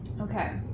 okay